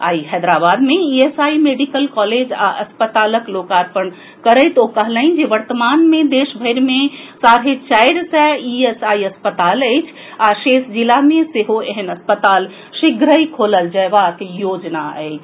आइ हैदराबाद मे ESI medical college आ अस्पतालक लोकार्पण करैत ओ कहलनि जे वर्तमान मे देशभरि मे साढ़े चारि सय ईएसआई अस्पताल अछि आ शेष जिला मे सेहो एहेन अस्पताल शीघ्रहि खोलल जेबाक योजना अछि